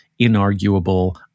inarguable